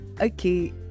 Okay